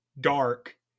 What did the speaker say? dark